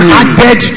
added